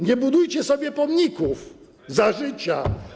Nie budujcie sobie pomników za życia.